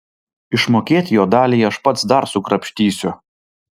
išmokėt jo daliai aš pats dar sukrapštysiu